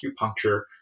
acupuncture